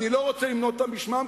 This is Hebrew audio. אני לא רוצה למנות אותן בשמן,